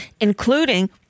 including